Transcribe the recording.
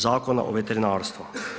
Zakona o veterinarstvu.